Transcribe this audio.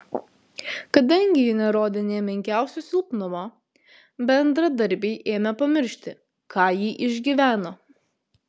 kadangi ji nerodė nė menkiausio silpnumo bendradarbiai ėmė pamiršti ką ji išgyveno